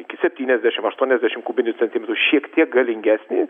iki septyniasdešimt aštuoniasdešimt kubinių centimetrų šiek tiek galingesnį